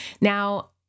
Now